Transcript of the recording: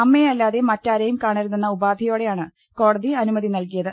അമ്മയെ അല്ലാതെ മറ്റാരെയും കാണരുതെന്ന ഉപാധിയോടെയാണ് കോടതി അനുമതി നൽകിയത്